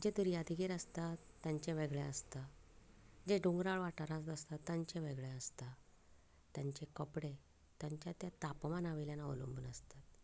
जे दर्या देगेर आसतात तांचें वेगळें आसता जे दोंगराळ वाठारांत आसतात तांचें वेगळें आसता तांचे कपडे तांचे त्या तापमाना वयल्यान आवलंबून आसता